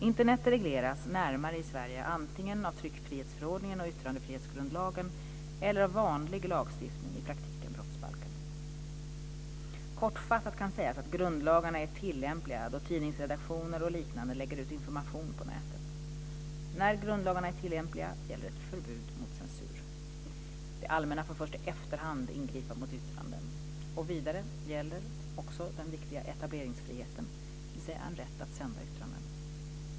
Internet regleras närmare i Sverige antingen av tryckfrihetsförordningen och yttrandefrihetsgrundlagen eller av vanlig lagstiftning, i praktiken brottsbalken. Kortfattat kan sägas att grundlagarna är tillämpliga då tidningsredaktioner och liknande lägger ut information på nätet. När grundlagarna är tillämpliga gäller ett förbud mot censur. Det allmänna får först i efterhand ingripa mot yttranden. Vidare gäller också den viktiga etableringsfriheten, dvs. en rätt att sända yttranden.